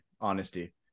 Honesty